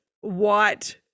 White